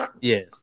Yes